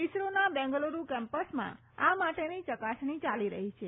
ઇસરોના બેંગ્લુર્ડ કેમ્પસમાં આ માટેની ચકાસણી ચાલી રહ્યી છે